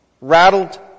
rattled